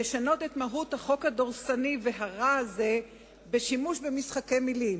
לשנות את מהות החוק הדורסני והרע הזה בשימוש במשחקי מלים.